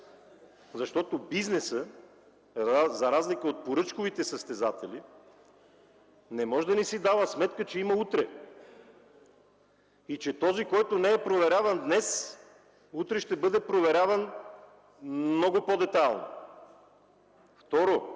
Защото бизнесът, за разлика от поръчковите състезатели, не може да не си дава сметка, че има утре и че този, който не е проверяван днес, утре ще бъде проверяван много по-детайлно. Второ,